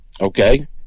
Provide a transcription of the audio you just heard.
Okay